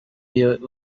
iyo